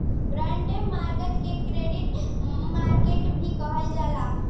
bond market के credit market भी कहल जाला